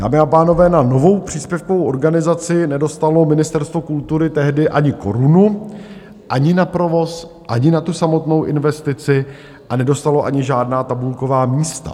Dámy a pánové, na novou příspěvkovou organizaci nedostalo Ministerstvo kultury tehdy ani korunu ani na provoz, ani na tu samotnou investici, a nedostalo ani žádná tabulková místa.